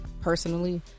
personally